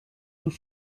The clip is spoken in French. sous